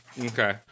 Okay